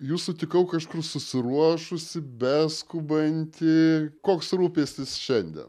jus sutikau kažkur susiruošusį beskubantį koks rūpestis šiandien